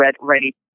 ready